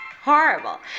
horrible